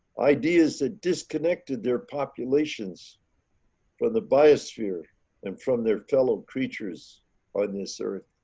ideas that disconnected their populations for the biosphere and from their fellow creatures on this earth.